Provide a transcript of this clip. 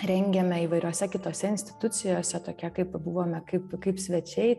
rengėme įvairiose kitose institucijose tokie kaip buvome kaip kaip svečiai